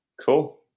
Cool